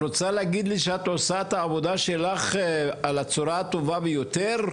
את רוצה להגיד לי שאת עושה את העבודה שלך בצורה הטובה ביותר?